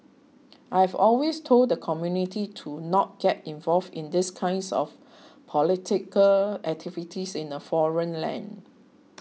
I've always told the community to not get involved in these kinds of political activities in a foreign land